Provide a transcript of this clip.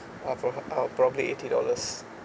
uh proba~ uh probably eighty dollars